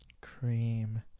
Cream